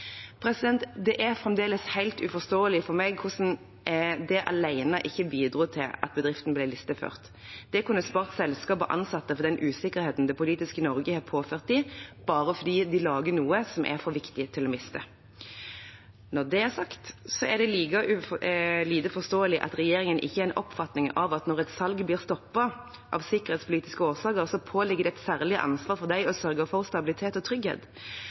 Det er fremdeles helt uforståelig for meg hvordan det alene ikke bidro til at bedriften ble listeført. Det kunne spart selskap og ansatte for den usikkerheten det politiske Norge har påført dem bare fordi de lager noe som er for viktig til å miste. Når det er sagt, er det like lite forståelig at regjeringen ikke har en oppfatning av at når et salg blir stoppet av sikkerhetspolitiske årsaker, påligger det dem et særlig ansvar å sørge for stabilitet og trygghet.